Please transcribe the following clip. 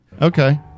Okay